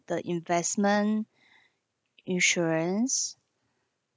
the investment insurance